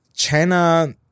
China